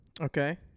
Okay